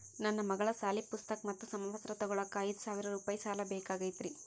ನನ್ನ ಮಗಳ ಸಾಲಿ ಪುಸ್ತಕ್ ಮತ್ತ ಸಮವಸ್ತ್ರ ತೊಗೋಳಾಕ್ ಐದು ಸಾವಿರ ರೂಪಾಯಿ ಸಾಲ ಬೇಕಾಗೈತ್ರಿ